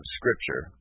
scripture